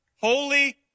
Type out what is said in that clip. holy